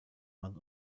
mann